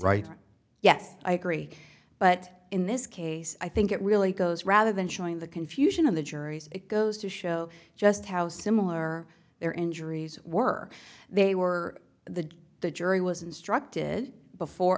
d yes i agree but in this case i think it really goes rather than showing the confusion of the juries it goes to show just how similar their injuries were they were the the jury was instructed before